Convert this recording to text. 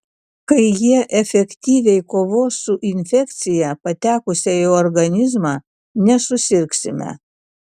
kai jie efektyviai kovos su infekcija patekusia į organizmą nesusirgsime